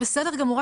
זה בסדר גמור,